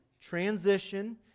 transition